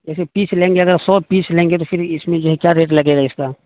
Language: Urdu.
جیسے پیس لیں گے اگر سو پیس لیں گے تو فر اس میں جو ہے کیا ریٹ لگے گا اس کا